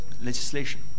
legislation